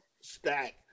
stack